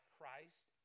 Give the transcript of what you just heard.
Christ